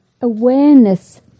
awareness